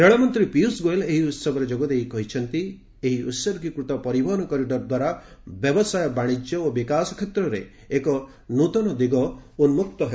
ରେଳମନ୍ତ୍ରୀ ପୀୟୁଷ ଗୋଏଲ୍ ଏହି ଉହବରେ ଯୋଗଦେଇ କହିଛନ୍ତି ଏହି ଉତ୍ଗୀକୃତ ପରିବହନ କରିଡ଼ର ଦ୍ୱାରା ବ୍ୟବସାୟ ବାଣିଜ୍ୟ ଓ ବିକାଶ କ୍ଷେତ୍ରରେ ଏକ ନୃତନ ଦିଗ ଉନ୍କକ୍ତ ହେବ